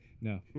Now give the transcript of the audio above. No